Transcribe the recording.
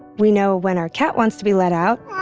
we know when our cat wants to be let out,